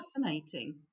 fascinating